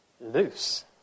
Loose